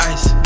Ice